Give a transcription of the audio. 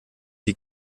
wie